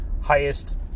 highest